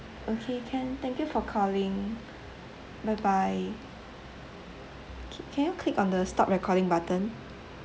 okay can thank you for calling bye bye can can you click on the stop recording button